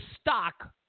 stock